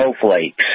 snowflakes